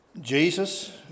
Jesus